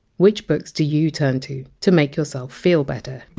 which books do you turn to to make yourself feel better?